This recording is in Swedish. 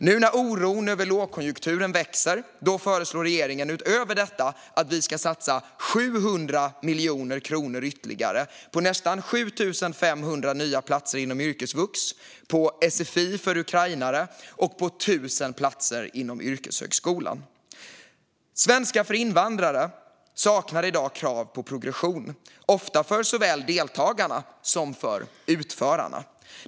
Nu när oron över lågkonjunkturen växer föreslår regeringen utöver detta att vi ska satsa 700 miljoner kronor ytterligare på nästan 7 500 nya platser inom yrkesvux, på sfi för ukrainare och på 1 000 platser inom yrkeshögskolan. Svenska för invandrare saknar i dag krav på progression, ofta för såväl deltagare som utförare.